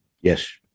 Yes